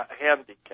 handicap